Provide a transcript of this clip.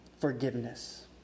forgiveness